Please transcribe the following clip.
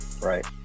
right